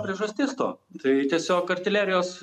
priežastis to tai tiesiog artilerijos